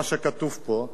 הוא התפטר מהכנסת,